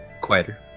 quieter